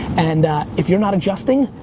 and if you're not adjusting,